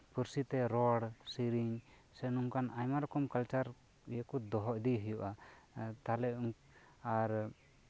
ᱯᱟᱹᱨᱥᱤ ᱛᱮ ᱨᱚᱲ ᱥᱮᱨᱮᱧ ᱥᱮ ᱱᱚᱝᱠᱟᱱ ᱟᱭᱢᱟ ᱨᱚᱠᱚᱢ ᱠᱟᱞᱪᱟᱨ ᱤᱭᱟᱹ ᱠᱚ ᱫᱚᱦᱚ ᱤᱫᱤᱭ ᱦᱩᱭᱩᱜᱼᱟ ᱛᱟᱞᱦᱮ ᱟᱨ